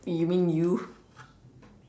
you mean you